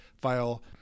file